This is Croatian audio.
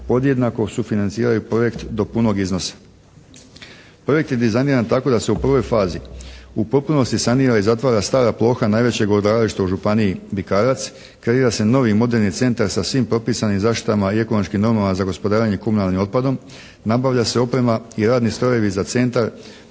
podjednako sufinanciraju projekt do punog iznosa. Projekt je dizajniran tako da se u prvoj fazi u potpunosti sanira i zatvara stara ploha najvećeg odlagališta u županiji Bikarac. Kreira se novi moderni centar sa svim propisanim zaštitama i ekološkim normama za gospodarenje komunalnim otpadom. Nabavlja se oprema i radni strojevi za centar.